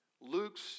Luke's